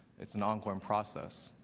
it's an ongoing process.